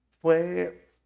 Fue